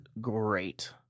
great